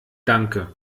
danke